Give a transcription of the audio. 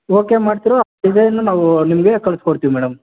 okay ಮಾಡ್ತೀರೋ ಆ design ನಾವು ನಿಮಗೆ ಕಳ್ಸಿಕೊಡ್ತೀವಿ ಮೇಡಮ್